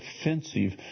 offensive